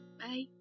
Bye